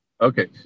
Okay